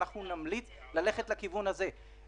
ואנחנו נמליץ ללכת לכיוון הזה.